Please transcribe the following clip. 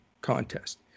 contest